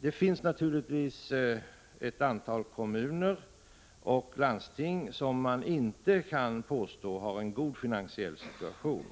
Det finns naturligtvis ett antal kommuner och landsting som man inte kan påstå ha en god finansiell situation.